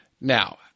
Now